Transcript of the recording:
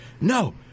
no